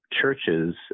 churches